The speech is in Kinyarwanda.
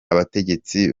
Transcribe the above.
abategetsi